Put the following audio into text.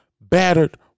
battered